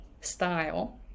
style